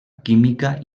química